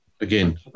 Again